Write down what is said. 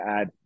add